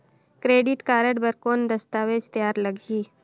Credit card बर कौन दस्तावेज तैयार लगही?